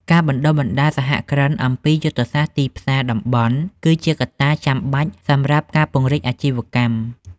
ការបណ្ដុះបណ្ដាលសហគ្រិនអំពីយុទ្ធសាស្ត្រទីផ្សារតំបន់ គឺជាកត្តាចាំបាច់សម្រាប់ការពង្រីកអាជីវកម្ម។